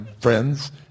friends